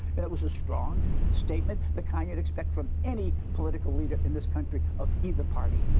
that was a strong statement, the kind you would expect from any political leader in this country of either party,